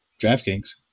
DraftKings